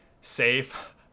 safe